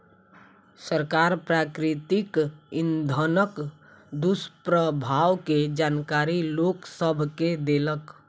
सरकार प्राकृतिक इंधनक दुष्प्रभाव के जानकारी लोक सभ के देलक